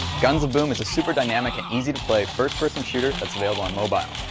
guns of boom is a super dynamic and easy to play first person shooter that is available on mobile.